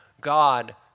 God